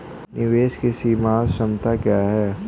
निवेश की सीमांत क्षमता क्या है?